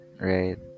right